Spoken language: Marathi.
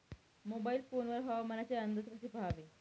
मोबाईल फोन वर हवामानाचे अंदाज कसे पहावे?